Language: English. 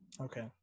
Okay